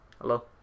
Hello